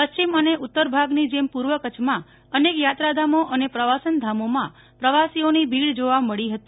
પશ્ચિમ અને ઉત્તર ભાગની જેમ પૂર્વ કચ્છમાં અનેક યાત્રાધામો અને પ્રવાસનધામોમાં પ્રવાસીઓની ભીડ જોવા મળી હતી